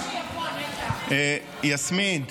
יסמין,